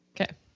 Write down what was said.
Okay